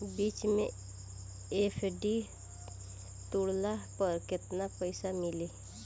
बीच मे एफ.डी तुड़ला पर केतना पईसा मिली?